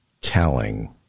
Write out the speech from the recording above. telling